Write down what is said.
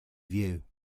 view